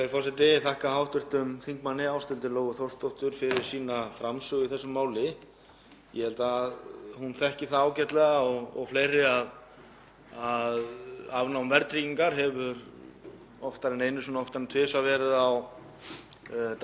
afnám verðtryggingar hefur oftar en einu sinni og oftar en tvisvar verið á dagskrá hjá mínum flokki, Framsókn. Við sjáum það líka núna að við erum að fara í annars konar útreikninga á vísitölunni.